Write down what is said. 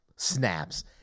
Snaps